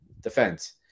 defense